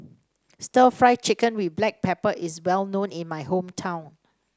stir Fry Chicken with Black Pepper is well known in my hometown